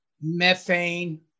methane